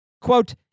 Quote